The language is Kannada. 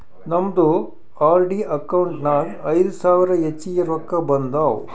ನಮ್ದು ಆರ್.ಡಿ ಅಕೌಂಟ್ ನಾಗ್ ಐಯ್ದ ಸಾವಿರ ಹೆಚ್ಚಿಗೆ ರೊಕ್ಕಾ ಬಂದಾವ್